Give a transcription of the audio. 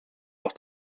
auf